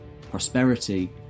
prosperity